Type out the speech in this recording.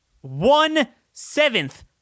One-seventh